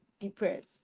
depressed